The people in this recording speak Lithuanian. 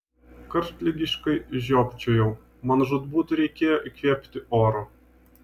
karštligiškai žiopčiojau man žūtbūt reikėjo įkvėpti oro